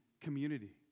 community